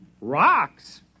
Rocks